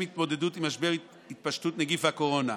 התמודדות עם משבר התפשטות נגיף הקורונה,